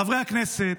חברי הכנסת,